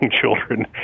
children